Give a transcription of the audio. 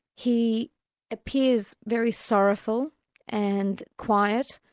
he appears very sorrowful and quiet,